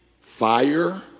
Fire